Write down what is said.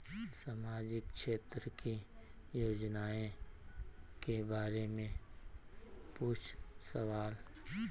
सामाजिक क्षेत्र की योजनाए के बारे में पूछ सवाल?